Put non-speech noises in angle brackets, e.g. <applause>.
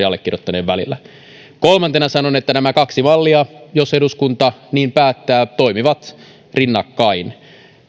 <unintelligible> allekirjoittaneen välillä kolmantena sanon että nämä kaksi mallia jos eduskunta niin päättää toimivat rinnakkain